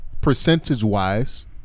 percentage-wise